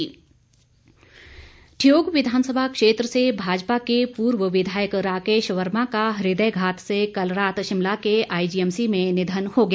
निधन शोक ठियोग विधानसभा क्षेत्र से भाजपा के पूर्व विधायक राकेश वर्मा का हृदयघात से कल रात शिमला के आईजीएमसी में निधन हो गया